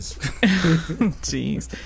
Jeez